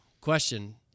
question